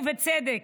ובצדק,